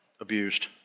abused